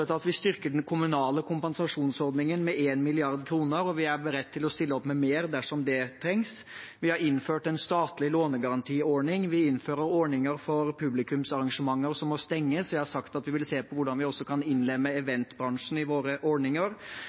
vi styrker den kommunale kompensasjonsordningen med 1 mrd. kr, og vi er beredt til å stille opp med mer dersom det trengs. Vi har innført en statlig lånegarantiordning. Vi innfører ordninger for publikumsarrangementer som må stenges, og jeg har sagt at vi vil se på hvordan vi også kan innlemme eventbransjen i våre ordninger.